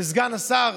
לסגן השר